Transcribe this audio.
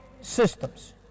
systems